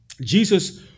Jesus